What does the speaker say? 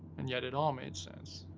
and yet it all made sense.